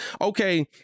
okay